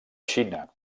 xina